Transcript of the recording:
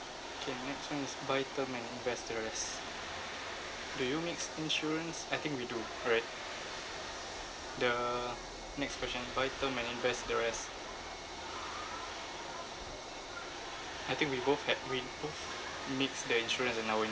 K next one is buy term and invest the rest do you mix insurance I think we do alright the next question buy term and invest the rest I think we both had we both mix the insurance and our